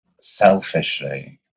selfishly